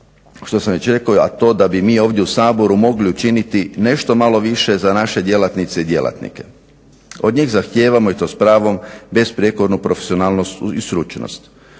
što sam već rekao, a to je da bi mi ovdje u Saboru mogli učiniti nešto malo više za naše djelatnice i djelatnike. Od njih zahtijevamo i to s pravom besprijekornu profesionalnost i stručnost.